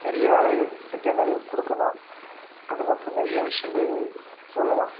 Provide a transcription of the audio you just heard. நிறைய வேலை வாய்ப்பு திட்டங்கள் கொடுக்கணும் அதுக்கப்புறம் நிறைய விஷயங்கள் சொல்லலாம்